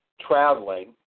traveling